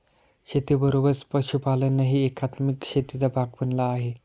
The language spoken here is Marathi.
शेतीबरोबरच पशुपालनही एकात्मिक शेतीचा भाग बनला आहे